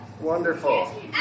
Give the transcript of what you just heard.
Wonderful